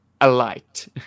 alight